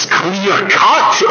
clear-cut